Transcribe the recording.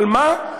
על מה?